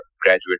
graduate